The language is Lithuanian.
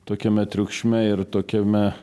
tokiame triukšme ir tokiame